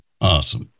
awesome